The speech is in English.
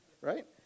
Right